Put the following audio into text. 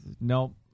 Nope